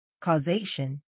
Causation